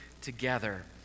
together